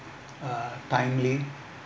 uh timely